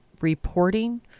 reporting